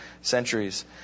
centuries